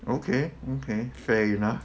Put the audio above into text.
okay okay fair enough